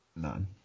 None